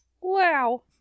Wow